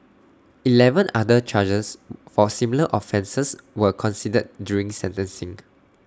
Eleven other charges for similar offences were considered during sentencing